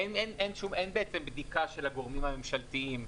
אין בעצם בדיקה של הגורמים הממשלתיים,